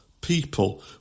people